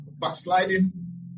backsliding